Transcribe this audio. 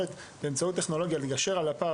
יש יכולת טכנולוגית להתגבר על הפער